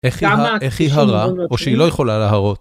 איך היא הרה או שהיא לא יכולה להרות